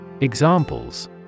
Examples